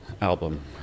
album